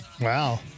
Wow